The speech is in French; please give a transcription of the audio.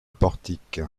portique